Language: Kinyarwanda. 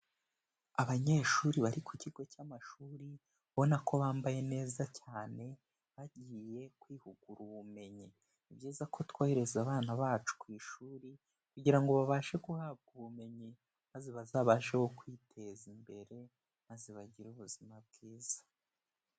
Abanyeshuri bari ku kigo cy'amashuri ubona ko bambaye neza cyane bagiye kwihugura ubumenyi, ni byiza ko twohereza abana bacu ku ishuri kugira ngo babashe guhabwa ubumenyi maze bazabasheho kwiteza imbere maze bagire ubuzima bwiza.